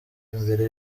imbere